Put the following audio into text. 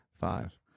five